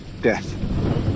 death